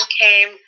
came